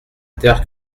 terre